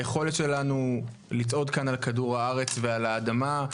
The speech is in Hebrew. על היכולת שלנו לצעוד כאן על כדור הארץ ועל האדמה,